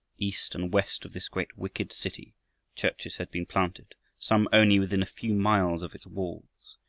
east, and west of this great wicked city churches had been planted, some only within a few miles of its walls.